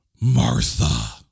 martha